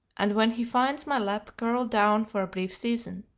and when he finds my lap curl down for a brief season.